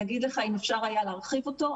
להגיד לך אם אפשר היה להרחיב אותו?